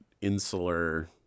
insular